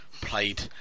played